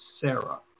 Sarah